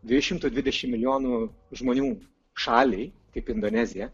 dviejų šmtų dvidešimt milijonų žmonių šaliai kaip indonezija